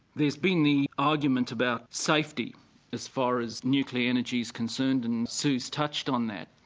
there's been the argument about safety as far as nuclear energy is concerned and sue's touched on that.